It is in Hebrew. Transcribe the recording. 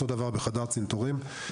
אותו דבר בחדר צנתורים.